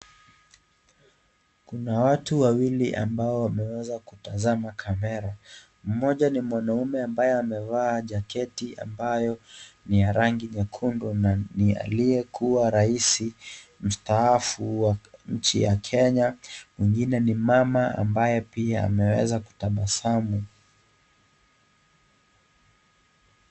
Kuna watu wawili ambao wameweza kutazama kamera, mmoja ni mwanaume ambaye amevaa jaketi, ambayo ni ya rangi nyekundu ya aliyekuwa raisi mstaafu wa nchi ya Kenya, mwingine ni mama ambaye pia ameweza kutabasamu.